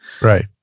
right